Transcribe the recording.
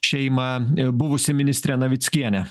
šeimą buvusią ministrę navickienę